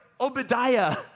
Obadiah